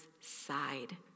side